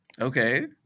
Okay